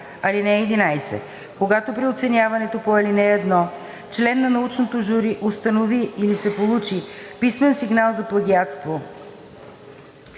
„(11) Когато при оценяването по ал. 1 член на научното жури установи или се получи писмен сигнал за плагиатство